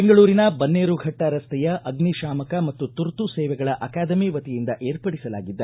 ಬೆಂಗಳೂರಿನ ಬನ್ನೇರುಘಟ್ಟ ರಸ್ತೆಯ ಅಗ್ನಿ ಶಾಮಕ ಮತ್ತು ತುರ್ತು ಸೇವೆಗಳ ಅಕಾದೆಮಿ ವತಿಯಿಂದ ಏರ್ಪಡಿಸಲಾಗಿದ್ದ